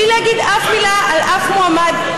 בלי להגיד אף מילה על אף מועמד,